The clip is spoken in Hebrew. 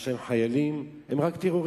יש להם חיילים, הם רק טרוריסטים,